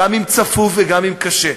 גם אם צפוף וגם אם קשה,